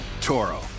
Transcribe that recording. Toro